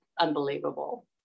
unbelievable